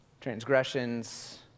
Transgressions